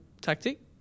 tactic